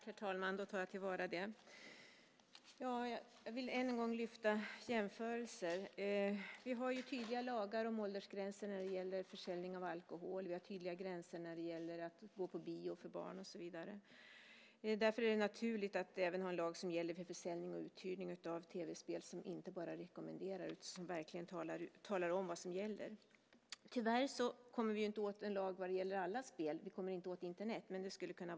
Herr talman! Jag vill än en gång lyfta fram några jämförelser. Vi har tydliga lagar om åldersgränser vid försäljning av alkohol och tydliga åldersgränser för barn att gå på bio. Därför är det naturligt att även ha en lag som gäller vid försäljning och uthyrning av tv-spel och som inte bara rekommenderar utan verkligen talar om vad som gäller. Tyvärr kommer vi med en lag inte åt alla spel. Vi kommer inte åt spelen på Internet.